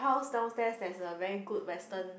house downstairs there's a very good western